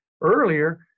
earlier